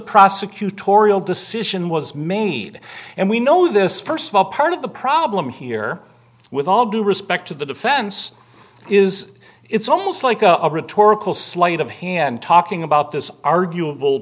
prosecutorial decision was made and we know this st of all part of the problem here all due respect to the defense is it's almost like a rhetorical sleight of hand talking about this arguable